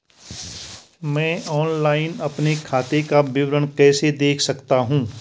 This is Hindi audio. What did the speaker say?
मैं ऑनलाइन अपने खाते का विवरण कैसे देख सकता हूँ?